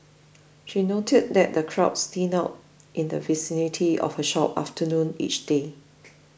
she noted that the crowds thin out in the vicinity of her shop after noon each day